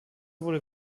wurde